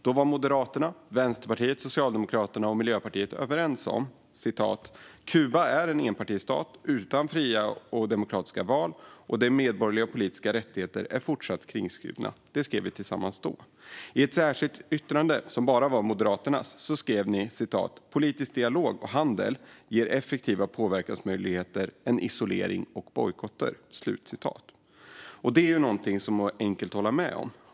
Då var Moderaterna, Vänsterpartiet, Socialdemokraterna och Miljöpartiet överens om att "Kuba är en enpartistat utan fria och demokratiska val och de medborgerliga och politiska rättigheterna är fortsatt kringskurna." Det skrev vi tillsammans då. I ett särskilt yttrande, som bara var Moderaternas, skrev ni: "Politisk dialog och handel ger effektivare påverkansmöjligheter än isolering och bojkotter." Det är något som är enkelt att hålla med om.